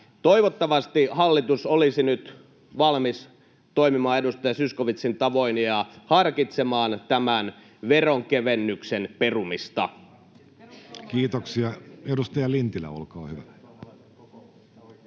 toivottavasti hallitus olisi nyt valmis toimimaan edustaja Zyskowiczin tavoin ja harkitsemaan tämän veronkevennyksen perumista. [Ben Zyskowicz: Harkitkaa te